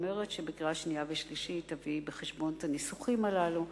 האומרת שבקריאה שנייה ובקריאה שלישית תביא בחשבון את הניסוחים הללו.